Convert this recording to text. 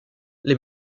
les